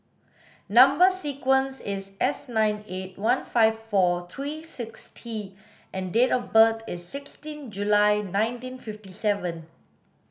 number sequence is S nine eight one five four three six T and date of birth is sixteen July nineteen fifty seven